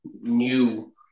new